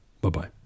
Bye-bye